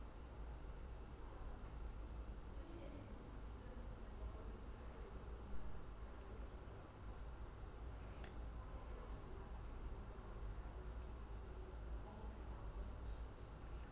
ya